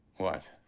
what?